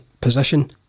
position